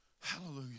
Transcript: Hallelujah